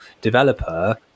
developer